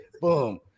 Boom